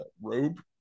robe